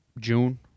June